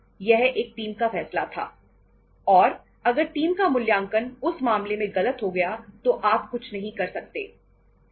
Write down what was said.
यह एक टीम का फैसला था और अगर टीम का मूल्यांकन उस मामले में गलत हो गया तो आप कुछ नहीं कर सकते